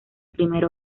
primer